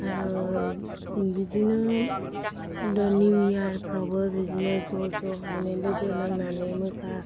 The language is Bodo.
आरो बिदिनो बे निउ इयार फ्रावबो बिदिनो ज' ज' मानि लोगो नांनानै मोसा